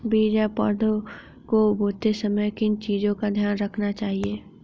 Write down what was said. बीज या पौधे को बोते समय किन चीज़ों का ध्यान रखना चाहिए?